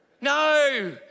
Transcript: no